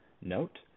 note